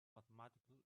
mathematical